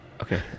Okay